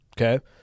okay